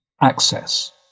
access